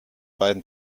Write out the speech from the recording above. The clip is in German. beiden